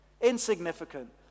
Insignificant